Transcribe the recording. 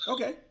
Okay